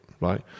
right